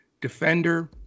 defender